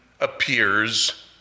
appears